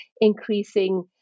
increasing